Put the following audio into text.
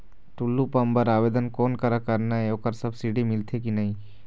Tullu pump बर आवेदन कोन करा करना ये ओकर सब्सिडी मिलथे की नई?